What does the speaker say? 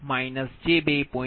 2 j2